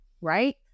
Right